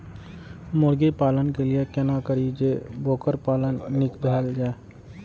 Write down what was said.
मुर्गी पालन के लिए केना करी जे वोकर पालन नीक से भेल जाय?